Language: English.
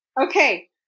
okay